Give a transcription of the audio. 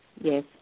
Yes